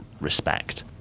respect